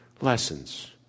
lessons